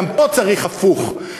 גם פה צריך הפוך,